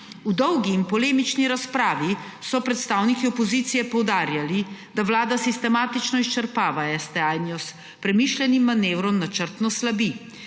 V dolgi in polemični razpravi, so predstavniki opozicije poudarjali, da Vlada sistematično izčrpava STA in jo s premišljenim manevrom načrtno slabi.